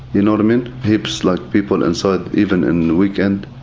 you know what i mean? heaps, like, people inside, even in the weekend.